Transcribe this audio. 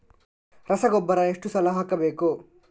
ರಸಗೊಬ್ಬರ ಎಷ್ಟು ಸಲ ಹಾಕಬೇಕು?